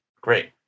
great